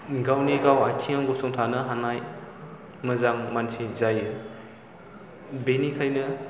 गावनिगाव आथिंआव गसंथानो हानाय मोजां मानसि जायो बेनिखायनो